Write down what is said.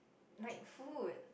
like food